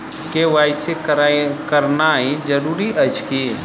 KYC करानाइ जरूरी अछि की?